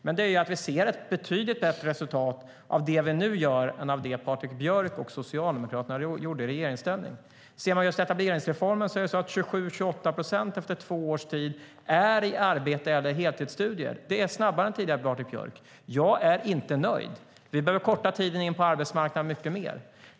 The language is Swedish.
Den slutsats vi vågar dra redan nu är att vi ser ett betydligt bättre resultat av det vi gör nu än av det Patrik Björck och Socialdemokraterna gjorde i regeringsställning. När det gäller etableringsreformen är 27-28 procent efter två års tid i arbete eller i heltidsstudier. Det är snabbare än tidigare, Patrik Björck. Men jag är inte nöjd. Vi behöver korta tiden in på arbetsmarknaden mycket mer.